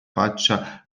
faccia